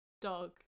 dog